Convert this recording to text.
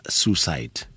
suicide